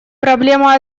проблема